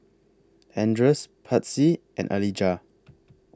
Andres Patsy and Alijah